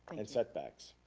and setbacks.